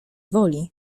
woli